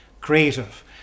creative